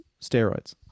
steroids